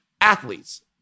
athletes